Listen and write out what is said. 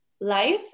Life